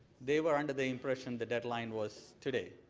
they were under the impression the deadline was today.